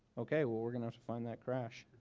okay. we're we're going to find that crash.